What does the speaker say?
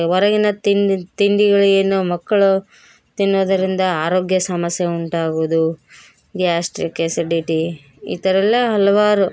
ಹೊರಗಿನ ತಿಂಡಿ ತಿಂಡಿಗಳೇನು ಮಕ್ಕಳು ತಿನ್ನೋದರಿಂದ ಆರೋಗ್ಯ ಸಮಸ್ಯೆ ಉಂಟಾಗೋದು ಗ್ಯಾಸ್ಟ್ರಿಕ್ ಆ್ಯಸಿಡಿಟಿ ಈ ಥರೆಲ್ಲ ಹಲವಾರು